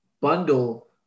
bundle